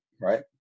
right